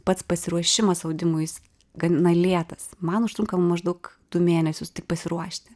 pats pasiruošimas audimui jis gana lėtas man užtrunka maždaug du mėnesius tik pasiruošti